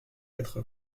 quatre